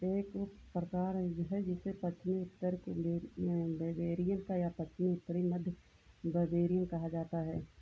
एक उप प्रकार है जिसे जिसे पश्चिम उत्तर बवेरियन या पश्चिम उत्तरी मध्य बवेरियन कहा जाता है